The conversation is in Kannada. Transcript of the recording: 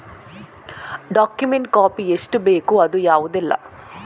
ಡಾಕ್ಯುಮೆಂಟ್ ಕಾಪಿ ಎಷ್ಟು ಬೇಕು ಅದು ಯಾವುದೆಲ್ಲ?